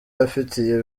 afitiye